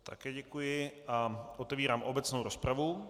Také děkuji a otevírám obecnou rozpravu.